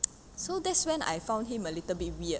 so that's when I found him a little bit weird